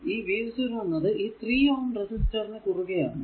ഈ v0 എന്നത് ഈ 3Ω റെസിസ്റ്ററിനു കുറുകെ ആണ്